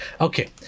Okay